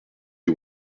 you